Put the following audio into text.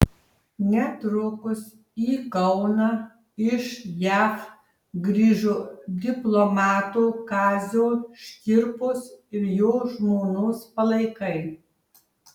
netrukus į kauną iš jav grįžo diplomato kazio škirpos ir jo žmonos palaikai